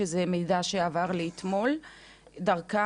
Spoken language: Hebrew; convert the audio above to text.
זה מידע שהועבר אליי אתמול דרכם,